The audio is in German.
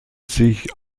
sich